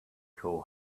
call